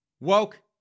woke